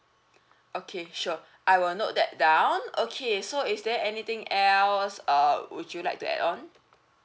okay sure I will note that down okay so is there anything else uh would you like to add on